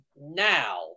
now